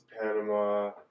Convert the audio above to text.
Panama